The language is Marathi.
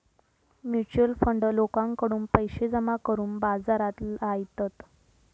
म्युच्युअल फंड लोकांकडून पैशे जमा करून बाजारात लायतत